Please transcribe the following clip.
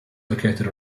located